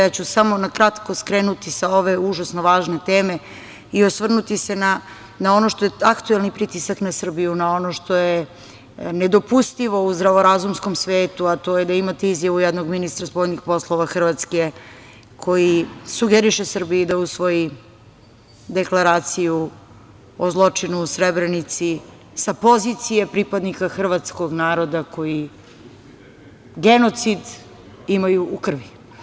Ja ću samo nakratko skrenuti sa ove užasno važne teme i osvrnuti se na ono što je aktuelni pritisak na Srbiju, na ono što je nedopustivo u zdravorazumskom svetu, a to je da imate izjavu jednog ministra spoljnih poslova Hrvatske koji sugeriše Srbiji da usvoji deklaraciju o zločinu u Srebrenici, sa pozicije pripadnika hrvatskog naroda, koji genocid imaju u krvi.